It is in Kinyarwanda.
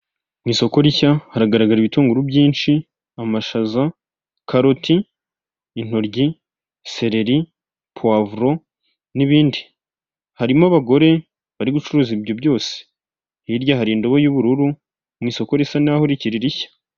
Mu isoko rishya hagaragara ibitunguru byinshi, amashaza, karoti, intoryi, seleri, pouivro n'ibindi. Harimo abagore bari gucuruza ibyo byose. Hirya hari indobo y'ubururu mu isoko risa naho rikiri rishya.